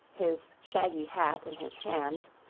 his shaggy hat in his hands,